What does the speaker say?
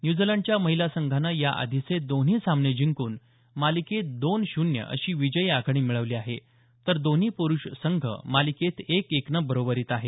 न्यूझीलंडच्या महिला संघानं याआधीचे दोन्ही सामने जिंकून मालिकेत दोन शून्य अशी विजयी आघाडी मिळवली आहे तर दोन्ही प्रुष संघ मालिकेत एक एकनं बरोबरीत आहेत